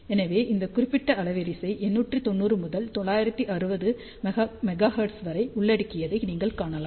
எனவே இந்த குறிப்பிட்ட அலைவரிசை 890 முதல் 960 மெகா ஹெர்ட்ஸ் வரை உள்ளடக்கியதை நீங்கள் காணலாம்